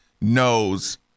knows